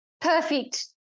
perfect